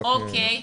אוקיי.